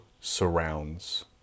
surrounds